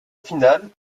finale